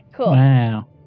Wow